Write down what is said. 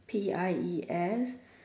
P I E S